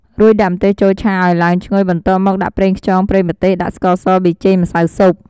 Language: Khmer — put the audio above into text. រួចដាក់ម្ទេសចូលឆាឱ្យឡើងឈ្ងុយបន្ទាប់មកដាក់ប្រេងខ្យងប្រេងម្ទេស ដាក់ស្ករស ប៊ីចេង ម្សៅស៊ុប